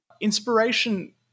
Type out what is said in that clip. inspiration